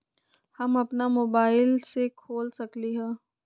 हम अपना मोबाइल से खोल सकली ह?